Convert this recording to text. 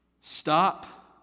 Stop